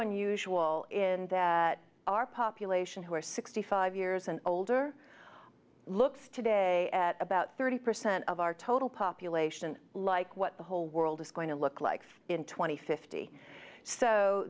unusual in that our population who are sixty five years and older looks today at about thirty percent of our total population like what the whole world is going to look like in tw